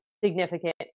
Significant